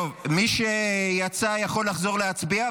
מי שיצא יכול לחזור להצביע,